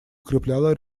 укрепляло